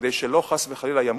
כדי שלא חס וחלילה ימותו,